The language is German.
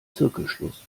zirkelschluss